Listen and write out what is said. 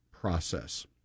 process